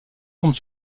tombe